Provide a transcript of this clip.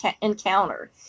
encounter